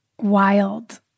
wild